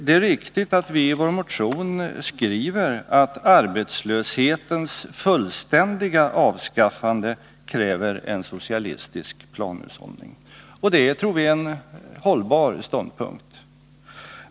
Det är riktigt att vi i vår motion skriver att arbetslöshetens fullständiga avskaffande kräver en socialistisk planhushållning, och det tror vi är en hållbar ståndpunkt.